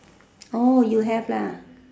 oh you have lah